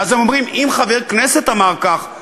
ואז הם אומרים: אם חבר כנסת אמר כך,